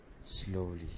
Slowly